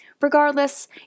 Regardless